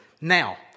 Now